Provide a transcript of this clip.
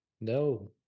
No